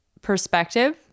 perspective